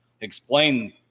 explain